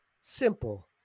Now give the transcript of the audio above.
simple